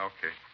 Okay